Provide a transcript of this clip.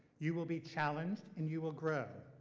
you will be challenged and you will grow.